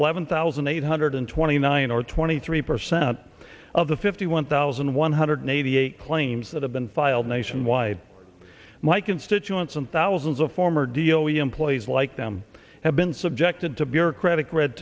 eleven thousand eight hundred twenty nine or twenty three percent of the fifty one thousand one hundred eighty eight claims that have been filed nationwide my constituents and thousands of former deal with employees like them have been subjected to bureaucratic red